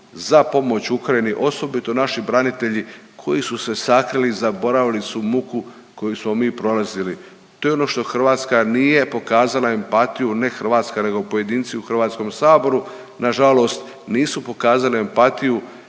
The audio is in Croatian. za pomoć Ukrajini osobito naši branitelji koji su se sakrili i zaboravili su muku koju smo mi prolazili. To je ono što Hrvatska nije pokazala empatiju, ne Hrvatska, nego pojedinci u Hrvatskom saboru. Na žalost nisu pokazali empatiju